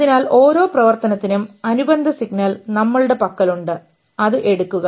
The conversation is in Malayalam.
അതിനാൽ ഓരോ പ്രവർത്തനത്തിനും അനുബന്ധ സിഗ്നൽ നമ്മളുടെ പക്കലുണ്ട് അത് എടുക്കുക